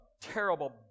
terrible